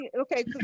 okay